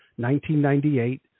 1998